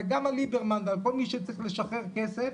וגם על ליברמן, וכל מי שצריך לשחרר כסף.